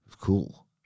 cool